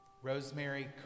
Rosemary